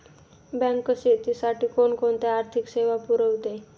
Bank शेतीसाठी कोणकोणत्या आर्थिक सेवा पुरवते?